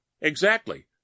Exactly